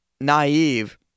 naive